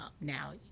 now